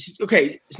Okay